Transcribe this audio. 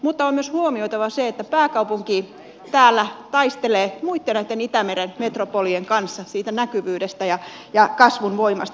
mutta on myös huomioitava se että pääkaupunki täällä taistelee näitten muitten itämeren metropolien kanssa näkyvyydestä ja kasvun voimasta